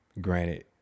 Granted